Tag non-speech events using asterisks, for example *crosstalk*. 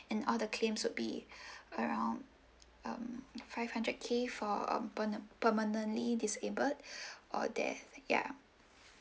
and all the claims would be *breath* around um five hundred K for um perna~ permanently disabled *breath* or death ya